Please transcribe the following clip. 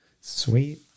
Sweet